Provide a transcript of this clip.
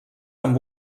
amb